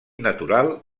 natural